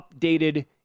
updated